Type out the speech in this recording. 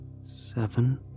Seven